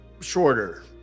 shorter